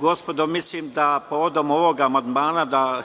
gospodo, mislim da povodom ovog amandmana